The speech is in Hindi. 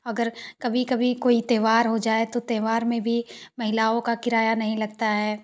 अगर कोई कभी कभी त्योहार हो जाए तो त्योहार में भी महिलाओं का किराया नही लगता है